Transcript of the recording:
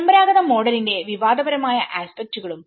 പരമ്പരാഗത മോഡലിന്റെ വിവാദപരമായ ആസ്പെക്ക്റ്റുകളും